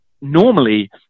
normally